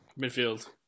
Midfield